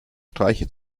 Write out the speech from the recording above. streiche